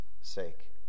sake